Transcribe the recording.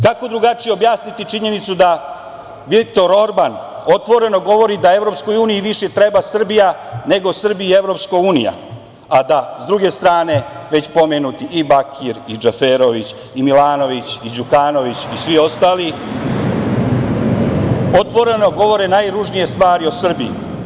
Kako drugačije objasniti činjenicu da Viktor Orban otvoreno govori da EU više treba Srbija nego Srbiji EU, a da, s druge strane, već pomenuti i Bakir i Džaferović i Milanović i Đukanović i svi ostali otvoreno govore najružnije stvari o Srbiji?